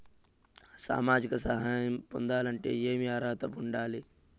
సామాజిక సహాయం పొందాలంటే ఏమి అర్హత ఉండాలి?